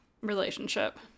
relationship